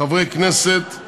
חברי כנסת;